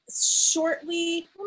shortly